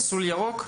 מסלול ירוק?